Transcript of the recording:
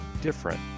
different